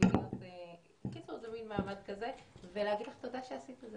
לומר לך תודה שעשית את זה.